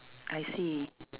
I see